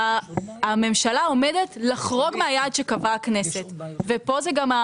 שהממשלה עומדת לחרוג מהיעד שקבעה הכנסת ופה זה גם,